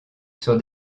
sur